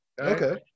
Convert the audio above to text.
Okay